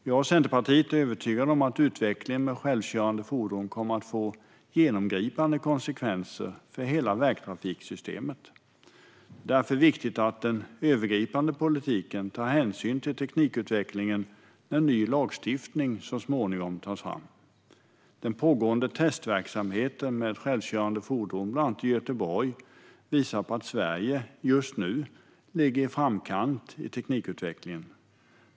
Jag och Centerpartiet är övertygade om att utvecklingen med självkörande fordon kommer att få genomgripande konsekvenser för hela vägtrafiksystemet. Det är därför viktigt att den övergripande politiken tar hänsyn till teknikutvecklingen när ny lagstiftning så småningom tas fram. Den pågående testverksamheten med självkörande fordon bland annat i Göteborg visar på att Sverige ligger i framkant i teknikutvecklingen.